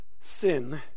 Sin